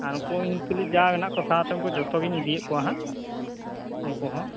ᱟᱨ ᱩᱱᱠᱩ ᱤᱧ ᱛᱩᱞᱩᱡ ᱡᱟ ᱢᱮᱱᱟᱜ ᱠᱚ ᱥᱟᱶᱛᱮ ᱩᱱᱠᱩ ᱡᱚᱛᱚᱜᱤᱧ ᱤᱫᱤᱭᱮᱫ ᱠᱚᱣᱟ ᱦᱟᱸᱜ ᱩᱱᱠᱩ ᱦᱚᱸ